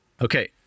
Okay